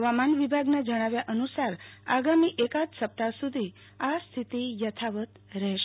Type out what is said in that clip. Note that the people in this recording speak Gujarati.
હવામાન વિભાગના જણાવ્યા અનુસાર આગામી એકાદ સપ્તાહ સુધી આજ સ્થિતિ યથાવત રહેશે